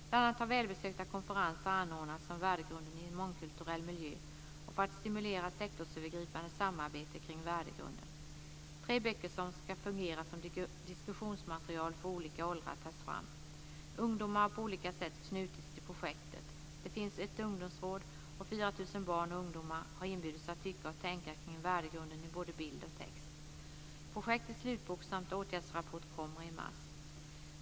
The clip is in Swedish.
Bl.a. har välbesökta konferenser anordnats om värdegrunden i en mångkulturell miljö och för att stimulera sektorsövergripande samarbete kring värdegrunden. Tre böcker som ska fungera som diskussionsmaterial för olika åldrar tas fram. Ungdomar har på olika sätt knutits till projektet. Det finns ett ungdomsråd, och 4 000 barn och ungdomar har inbjudits att tycka och tänka kring värdegrunden i både bild och text. Projektets slutbok samt åtgärdsrapport kommer i mars.